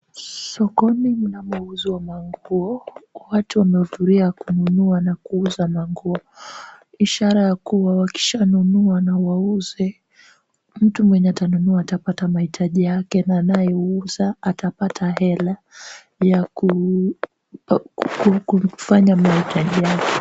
Sokoni mnamuzwa manguo, watu wamehudhuria kununua na kuuza manguo, ishara ya kuwa wakishanunua na wauze, mtu mwenye atanunua atapata mahitaji yake na anayeuza atapata hela ya kumfanya mahitaji yake.